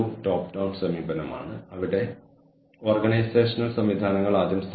വ്യത്യസ്ത പ്രവർത്തനങ്ങളുടെ വ്യത്യസ്ത ജീവനക്കാരുടെ പെരുമാറ്റം എന്നിവ തമ്മിലുള്ള പരസ്പര ബന്ധങ്ങൾ കൈകാര്യം ചെയ്യുന്നു